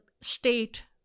state